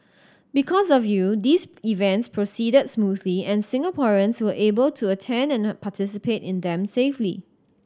because of you these events proceeded smoothly and Singaporeans were able to attend and participate in them safely